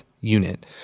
unit